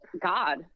God